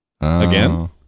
Again